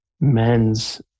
men's